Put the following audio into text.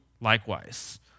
likewise